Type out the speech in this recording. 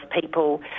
people